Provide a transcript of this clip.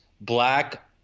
black